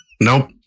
Nope